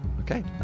Okay